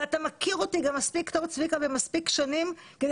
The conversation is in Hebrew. אתה מכיר אותי צביקה מספיק טוב ומספיק שנים